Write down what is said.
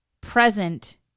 present